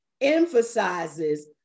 emphasizes